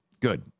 Good